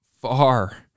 far